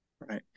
Right